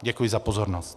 Děkuji za pozornost.